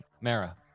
Mara